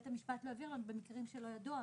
השר יגיש את הקובלנה.